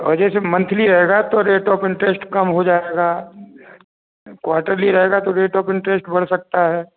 और जैसे मंथली रहेगा तो रेट ऑफ़ इंटरेस्ट कम हो जाएगा क्वाटरली रहेगा तो रेट ऑफ़ इंटरेस्ट बढ़ सकता है